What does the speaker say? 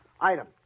Item